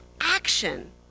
action